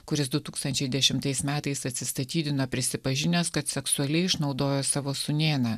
kuris du tūkstančiai dešimtais metais atsistatydino prisipažinęs kad seksualiai išnaudojo savo sūnėną